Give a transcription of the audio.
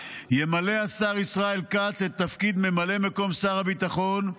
ימלא השר ישראל כץ את תפקיד ממלא מקום שר הביטחון,